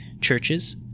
churches